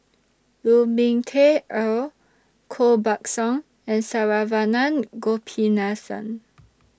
Lu Ming Teh Earl Koh Buck Song and Saravanan Gopinathan